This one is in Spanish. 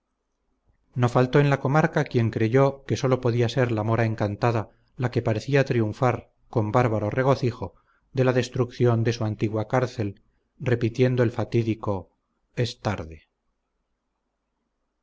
no faltó en la comarca quien creyó que sólo podía ser la mora encantada la que parecía triunfar con bárbaro regocijo de la destrucción de su antigua cárcel repitiendo el fatídico es tarde